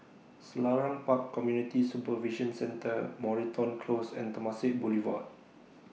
Selarang Park Community Supervision Centre Moreton Close and Temasek Boulevard